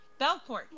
belcourt